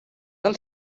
del